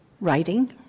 writing